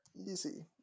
easy